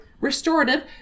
restorative